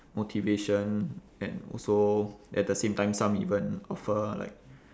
motivation and also at the same time some even offer like